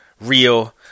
real